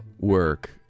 work